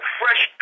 fresh